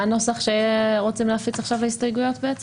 מה הנוסח שרוצים להפיץ עכשיו להסתייגויות?